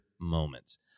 moments